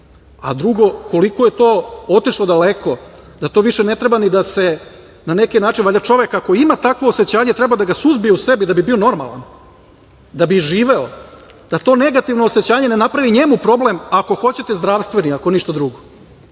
uradio? Drugo, koliko je to otišlo daleko da to više ne treba ni da se na neki način, valjda čovek ako ima takvo osećanje treba da ga suzbije u sebi da bi bio normalan, da bi živeo, da to negativno osećanje ne napravi njemu problem ako hoćete zdravstveni, ako ništa drugo,